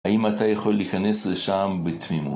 האם אתה יכול להיכנס לשם בתמימות?